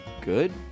good